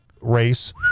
race